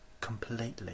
completely